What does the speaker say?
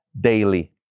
daily